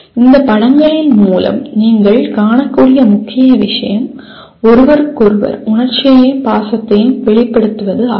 இந்த படங்களின் மூலம் நீங்கள் காணக்கூடிய முக்கிய விஷயம் ஒருவருக்கொருவர் உணர்ச்சியையும் பாசத்தையும் வெளிப்படுத்துவது ஆகும்